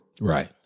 right